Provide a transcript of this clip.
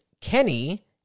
Kenny